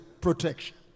protection